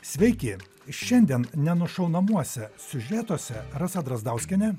sveiki šiandien nenušaunamuose siužetuose rasa drazdauskienė